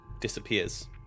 disappears